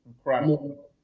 Incredible